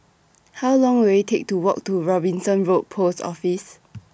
How Long Will IT Take to Walk to Robinson Road Post Office